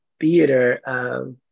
theater